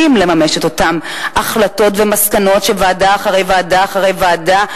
כדי לממש את אותן החלטות ומסקנות של ועדה אחרי ועדה אחרי ועדה,